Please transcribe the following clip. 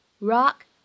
rock